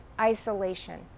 isolation